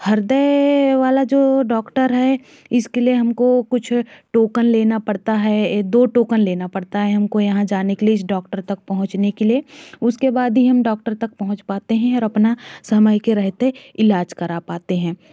ह्रदय वाला जो डॉक्टर है इसके लिए हमको कुछ टोकन लेना पड़ता है दो टोकन लेना पड़ता है हमको यहाँ जाने के लिए इस डॉक्टर तक पहुँचने के लिए उसके बाद ही हम डॉक्टर तक पहुँच पाते है और अपना समय के रहते इलाज करा पाते है